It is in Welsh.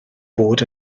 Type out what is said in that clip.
bod